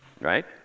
right